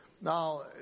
Now